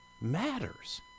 matters